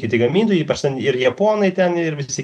kiti gamintojai ypač ten ir japonai ten ir visi